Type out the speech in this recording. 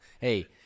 Hey